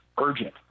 urgent